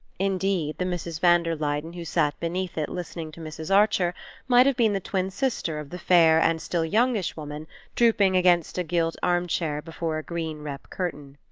indeed the mrs. van der luyden who sat beneath it listening to mrs. archer might have been the twin-sister of the fair and still youngish woman drooping against a gilt armchair before a green rep curtain.